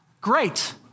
great